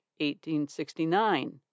1869